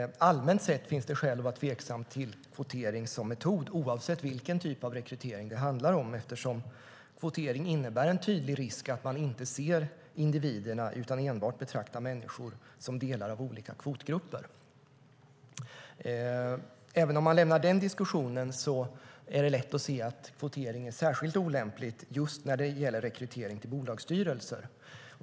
Allmänt sett finns det skäl att vara tveksam till kvotering som metod, oavsett vilken typ av rekrytering det handlar om, eftersom kvotering innebär en tydlig risk att man inte ser individerna utan enbart betraktar människor som delar av olika kvotgrupper. Även om man lämnar den diskussionen är det lätt att se att kvotering är särskilt olämplig just när det gäller rekrytering till bolagsstyrelser.